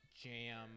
jam